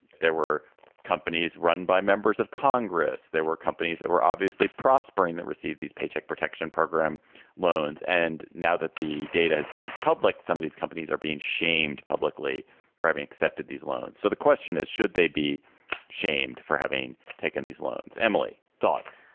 there were companies run by members of congress. there were companies that were obviously prospering that receive these paycheck protection program loans. and now that the data has been public, some of these companies are being shamed publicly for having accepted these loans. so the question is, should they be shamed for having taken these loans? emily, thoughts?